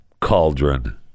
cauldron